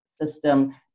system